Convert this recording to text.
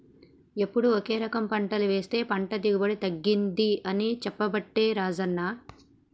ఎప్పుడు ఒకే రకం పంటలు వేస్తె పంట దిగుబడి తగ్గింది అని చెప్పబట్టే రాజన్న